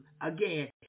again